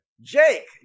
Jake